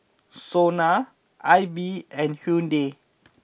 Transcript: Sona Aibi and Hyundai